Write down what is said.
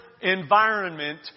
environment